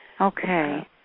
Okay